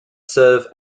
serve